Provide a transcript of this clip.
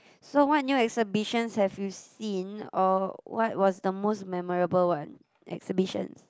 so what new exhibitions have you seen or what was the most memorable one exhibition